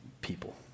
people